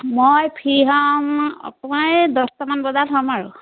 মই ফ্ৰী হ'ম আপোনাৰ এই দছটামান বজাত হ'ম আৰু